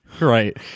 right